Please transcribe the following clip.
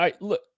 Look